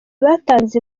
batanze